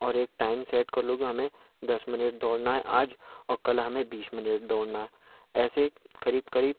और एक time set कर लो कि हमें दस मिनट दौड़ना है आज और कल हमें बीस मिनट दौड़ना है ऐसे करीब करीब